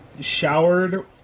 showered